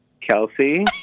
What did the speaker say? Kelsey